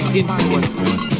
influences